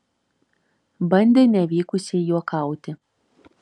bandė nevykusiai juokauti